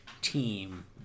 team